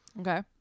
Okay